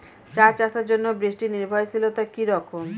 চা চাষের জন্য বৃষ্টি নির্ভরশীলতা কী রকম?